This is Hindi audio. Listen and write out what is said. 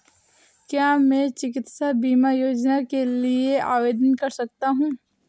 क्या मैं चिकित्सा बीमा योजना के लिए आवेदन कर सकता हूँ?